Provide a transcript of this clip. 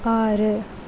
ஆறு